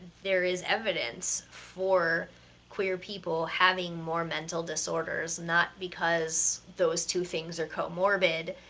there is evidence for queer people having more mental disorders, not because those two things are comorbid,